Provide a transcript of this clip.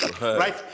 Right